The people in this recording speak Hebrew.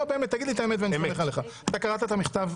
תגיד לי את האמת ואני סומך עליך: אתה קראת את המכתב?